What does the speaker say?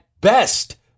best